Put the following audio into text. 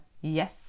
Yes